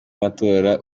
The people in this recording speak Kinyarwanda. y’amatora